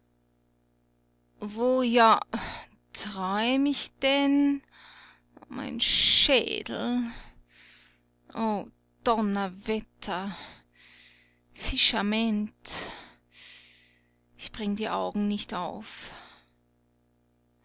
wo ja träum ich denn mein schädel o donnerwetter fischamend ich bring die augen nicht auf